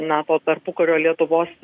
na to tarpukario lietuvos